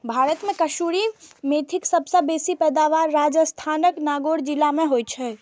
भारत मे कसूरी मेथीक सबसं बेसी पैदावार राजस्थानक नागौर जिला मे होइ छै